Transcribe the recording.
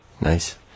Nice